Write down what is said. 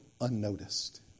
unnoticed